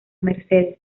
mercedes